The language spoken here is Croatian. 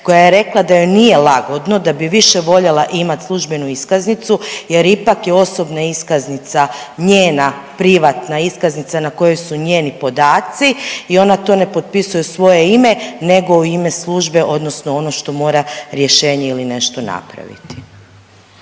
koja je rekla da joj nije lagodno da bi više voljela imati službenu iskaznicu jer ipak je osobna iskaznica njena privatna iskaznica na kojoj su njeni podaci i ona to ne potpisuje u svoje ime nego u ime službe odnosno ono što mora rješenje ili nešto napraviti.